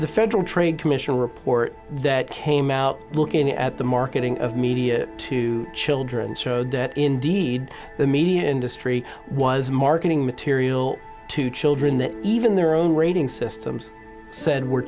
the federal trade commission report that came out looking at the marketing of media to children showed that indeed the media industry was marketing material to children that even their own rating systems said were